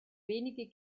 wenige